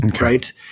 right